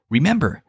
Remember